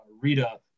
Rita